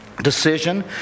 decision